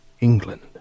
England